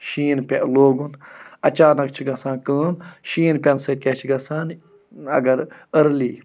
شیٖن پے لوگُن اَچانک چھِ گَژھان کٲم شیٖن پیٚنہٕ سۭتۍ کیٛاہ چھُ گَژھان اَگر أرلی